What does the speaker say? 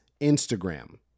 Instagram